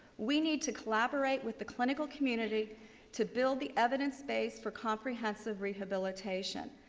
we need to collaborate with the clinical community to build the evidence based for comprehensive rehabilitation,